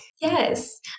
Yes